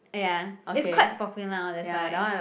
eh ya it's quite popular now that's why